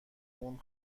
اون